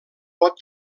pot